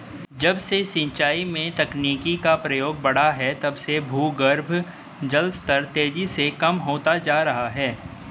जब से सिंचाई में तकनीकी का प्रयोग बड़ा है तब से भूगर्भ जल स्तर तेजी से कम होता जा रहा है